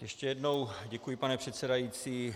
Ještě jednou děkuji, pane předsedající.